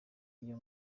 iyo